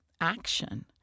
action